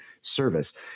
service